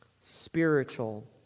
spiritual